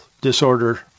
disorder